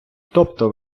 тобто